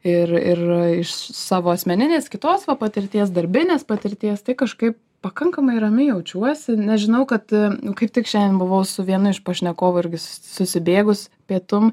ir ir iš savo asmeninės kitos va patirties darbinės patirties tai kažkaip pakankamai ramiai jaučiuosi nes žinau kad kaip tik šiandien buvau su vienu iš pašnekovų irgi su susibėgus pietum